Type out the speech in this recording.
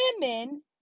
women